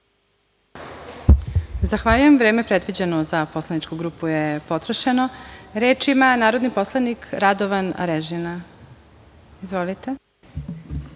Zahvaljujem. Vreme predviđeno za poslaničku grupu je potrošeno. Reč ima narodni poslanik Radovan Arežina. Izvolite.